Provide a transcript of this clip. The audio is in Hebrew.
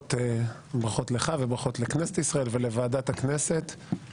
ברכות לך, ברכות לכנסת ישראל ולוועדת הכנסת.